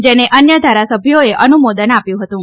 જેને અન્ય ધારાસભ્યોએ અનુમોદન આપ્યું હતું